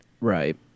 Right